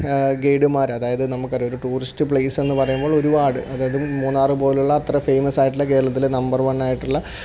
ഗൈഡുമാർ അതായത് നമുക്കറിയാം ഒരു ടൂറിസ്റ്റ് പ്ലേസെന്നു പറയുമ്പോൾ ഒരുപാട് അതായത് മൂന്നാർ പോലെയുള്ള അത്ര ഫേമസ്സായിട്ടുള്ള കേരളത്തിലെ നമ്പർ വണ്ണായിട്ടുള്ള